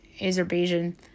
Azerbaijan